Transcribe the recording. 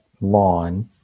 lawn